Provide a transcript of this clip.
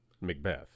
Macbeth